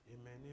Amen